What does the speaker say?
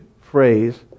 phrase